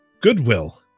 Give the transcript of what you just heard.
Goodwill